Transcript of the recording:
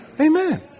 Amen